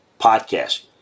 podcast